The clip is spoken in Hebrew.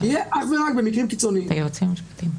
אגב כפי שהיה לפני 1980 וכפי שיש במדינות אחרות.